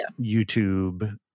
YouTube